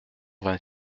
vingt